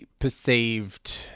perceived